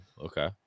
okay